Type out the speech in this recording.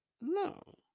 No